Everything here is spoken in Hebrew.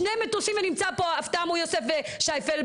שני מטוסים ונמצא פה הבטאמו יוסף ושי פלבר,